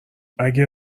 اگه